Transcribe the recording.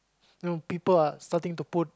you know people are starting to put